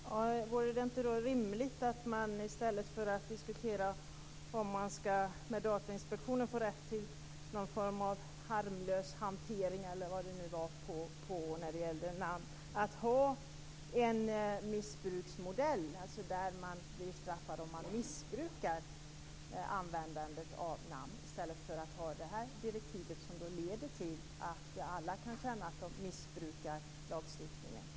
Fru talman! Vore det inte då rimligt att, i stället för att diskutera med Datainspektionen om det skall ges rätt till någon form av harmlös hantering när det gäller namn, skapa en missbruksmodell, där man blir straffad om man missbrukar användandet av namn? Detta direktiv leder ju till att alla kan känna att de missbrukar lagstiftningen.